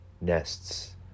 nests